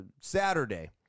Saturday